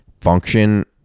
function